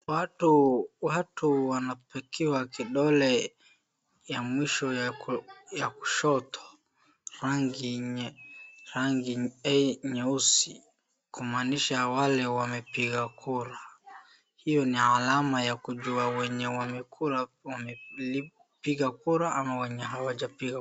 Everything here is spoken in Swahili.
Watu wanapakiwa kidole ya mwisho ya kushoto rangi nyeusi kumaanisha wale wamepiga kura, hiyo ni alama ya kujua wenye wamepiga kura ama hawajapiga kura.